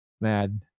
Mad